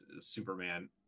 superman